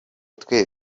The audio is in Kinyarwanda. twe